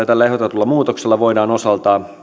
tällä ehdotetulla muutoksella voidaan osaltaan